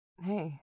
Hey